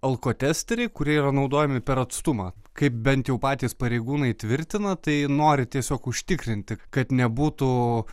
alkotesteriai kurie yra naudojami per atstumą kaip bent jau patys pareigūnai tvirtina tai nori tiesiog užtikrinti kad nebūtų